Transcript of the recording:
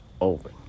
open